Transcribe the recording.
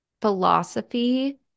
philosophy